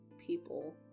people